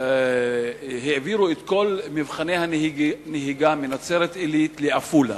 העבירו את כל מבחני הנהיגה מנצרת-עילית לעפולה,